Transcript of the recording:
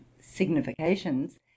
significations